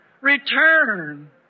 return